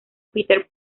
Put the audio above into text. peter